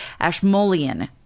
Ashmolean